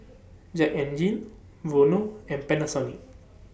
Jack N Jill Vono and Panasonic